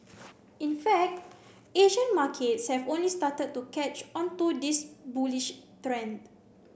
in fact Asian markets have only started to catch on to this bullish trend